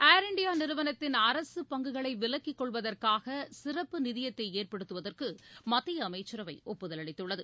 ஏர் India நிறுவனத்தின் அரசு பங்குகளை விலக்கி கொள்வதற்காக சிறப்பு நிதியத்தை ஏற்படுத்துவதற்கு மத்திய அமைச்சரவை ஒப்புதல் அளித்துள்ளது